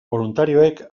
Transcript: boluntarioek